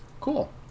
cool